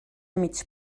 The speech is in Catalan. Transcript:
mig